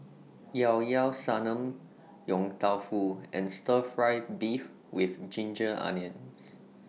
Llao Llao Sanum Yong Tau Foo and Stir Fry Beef with Ginger Onions